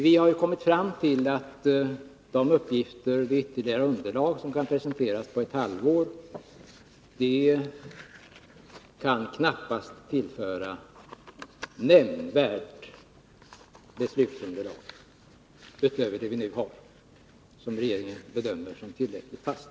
Vi har ju kommit fram till att de ytterligare uppgifter som kan presenteras på ett halvår knappast tillför något nämnvärt beslutsunderlag utöver det vi nu har och som regeringen bedömer som tillräckligt fast.